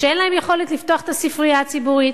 שאין להם יכולת לפתוח את הספרייה הציבורית,